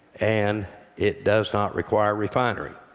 and it does not require a refinery.